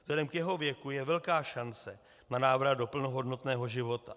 Vzhledem k jeho věku je velká šance na návrat do plnohodnotného života.